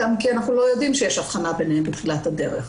גם כי אנחנו לא יודעים שיש הבחנה ביניהם בתחילת הדרך.